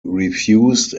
refused